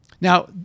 Now